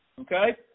okay